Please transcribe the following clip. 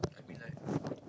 I mean like